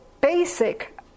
basic